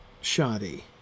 shoddy